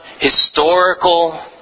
historical